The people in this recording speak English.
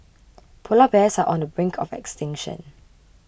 Polar Bears are on the brink of extinction